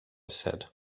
said